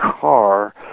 car